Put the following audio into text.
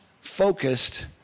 focused